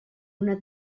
una